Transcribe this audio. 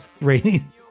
rating